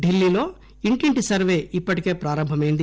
డిల్లీలో ఇంటింటి సర్వే ఇప్పటికే ప్రారంభమైంది